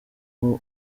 aho